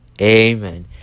Amen